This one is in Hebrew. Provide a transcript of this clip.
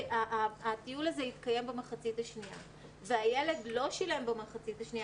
הטיול הזה מתקיים במחצית השנייה והילד לא שילם במחצית השנייה,